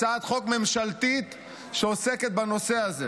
הצעת חוק ממשלתית שעוסקת בנושא הזה.